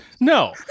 No